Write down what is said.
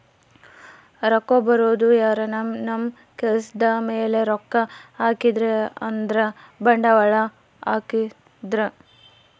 ರೊಕ್ಕ ಬರೋದು ಯಾರನ ನಮ್ ಕೆಲ್ಸದ್ ಮೇಲೆ ರೊಕ್ಕ ಹಾಕಿದ್ರೆ ಅಂದ್ರ ಬಂಡವಾಳ ಹಾಕಿದ್ರ